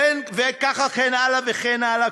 וכן הלאה וכן הלאה.